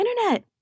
internet